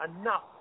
enough